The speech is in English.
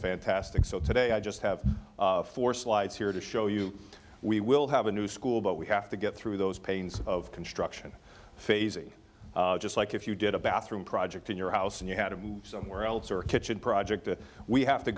fantastic so today i just have four slides here to show you we will have a new school but we have to get through those panes of construction phasey just like if you did a bathroom project in your house and you had to move somewhere else or a kitchen project that we have to